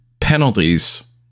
penalties